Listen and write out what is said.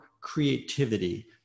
creativity